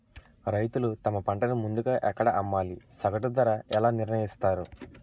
రైతులు తమ పంటను ముందుగా ఎక్కడ అమ్మాలి? సగటు ధర ఎలా నిర్ణయిస్తారు?